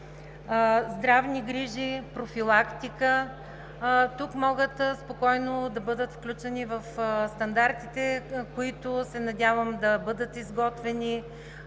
здравни грижи, профилактика и тук могат спокойно да бъдат включени в стандартите, като се надявам да бъдат изготвени